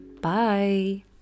bye